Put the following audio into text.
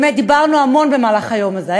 באמת דיברנו המון במהלך היום הזה,